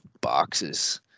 boxes